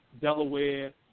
Delaware